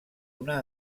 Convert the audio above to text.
una